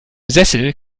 sessel